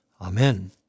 Amen